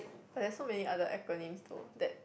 but there's so many other acronyms though that